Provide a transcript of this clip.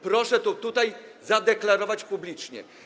Proszę to tutaj zadeklarować publicznie.